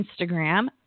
Instagram